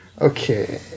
Okay